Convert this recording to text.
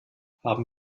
haben